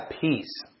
peace